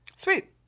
Sweet